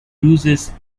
uses